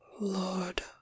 lord